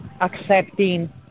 accepting